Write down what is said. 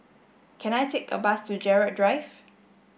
can I take a bus to Gerald Drive